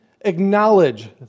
acknowledge